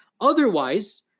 otherwise